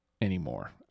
anymore